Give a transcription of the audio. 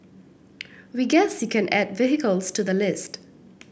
we guess you can add vehicles to the list